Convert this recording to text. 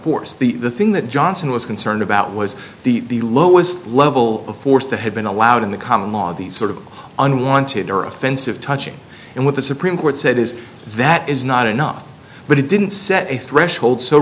force the the thing that johnson was concerned about was the lowest level of force that had been allowed in the common law these sort of unwanted or offensive touching and what the supreme court said is that is not enough but it didn't set a threat hold so